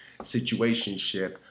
situationship